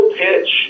pitch